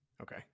Okay